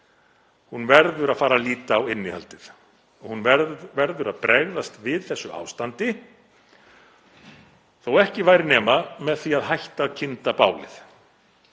Hún verður að fara að líta á innihaldið og hún verður að bregðast við þessu ástandi, þótt ekki væri nema með því að hætta að kynda bálið.